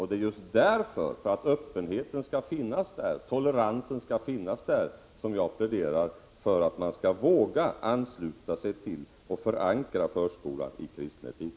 Det är just för att öppenheten och toleransen skall finnas där som jag pläderar för att man skall våga ansluta sig till och förankra förskolan i kristen etik.